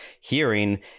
hearing